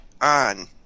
on